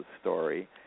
story